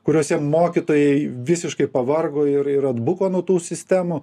kuriose mokytojai visiškai pavargo ir ir ir atbuko nuo tų sistemų